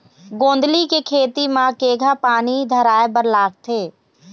गोंदली के खेती म केघा पानी धराए बर लागथे?